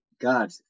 god